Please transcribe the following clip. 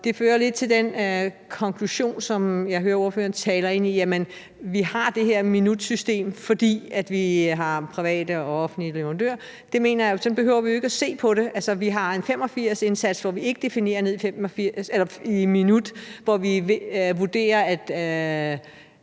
det fører lidt til den konklusion, som jeg hører ordføreren taler ind i, altså at vi har det her minutsystem, fordi vi har private og offentlige leverandører. Sådan behøver vi jo ikke at se på det. Altså, vi har en 85-indsats, hvor vi ikke definerer det ned i minutter, men hvor vi vurderer, at